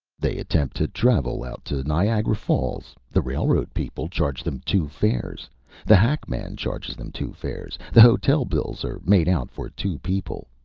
they attempt to travel out to niagara falls. the railroad people charge them two fares the hackman charges them two fares the hotel bills are made out for two people.